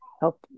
help